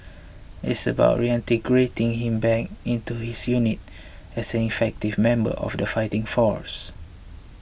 it's about reintegrating him back into his unit as an effective member of the fighting force